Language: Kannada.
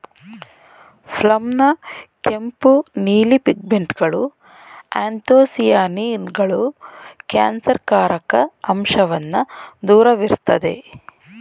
ಪ್ಲಮ್ನ ಕೆಂಪು ನೀಲಿ ಪಿಗ್ಮೆಂಟ್ಗಳು ಆ್ಯಂಥೊಸಿಯಾನಿನ್ಗಳು ಕ್ಯಾನ್ಸರ್ಕಾರಕ ಅಂಶವನ್ನ ದೂರವಿರ್ಸ್ತದೆ